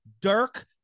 Dirk